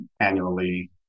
annually